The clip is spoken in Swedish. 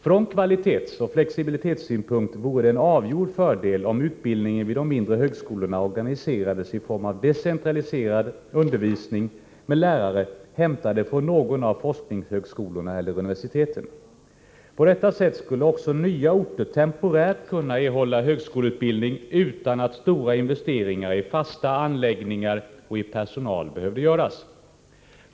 Från kvalitetsoch flexibilitetssynpunkt vore det en avgjord fördel om utbildningen vid de mindre högskolorna organiserades i form av decentraliserad undervisning med lärare hämtade från någon av forskningshögskolorna eller universiteten. På detta sätt skulle också nya orter temporärt kunna erhålla högskoleutbildning utan att stora investeringar i fasta anläggningar och i personal behövde göras.